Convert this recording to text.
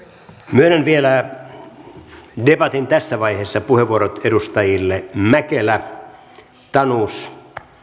myönnän vielä debatin tässä vaiheessa puheenvuorot edustajille mäkelä tanus